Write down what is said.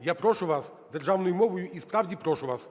Я прошу вас державною мовою і справді прошу вас,